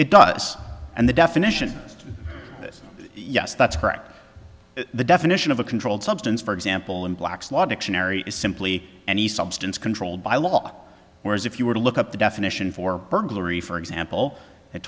it does and the definition is yes that's correct the definition of a controlled substance for example in black's law dictionary is simply any substance controlled by law whereas if you were to look up the definition for burglary for example